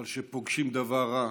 אבל כשפוגשים דבר רע,